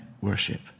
Worship